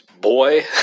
Boy